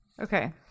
okay